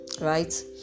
right